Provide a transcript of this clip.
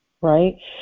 right